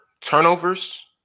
turnovers